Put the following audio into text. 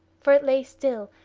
for it lay still,